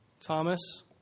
Thomas